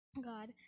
God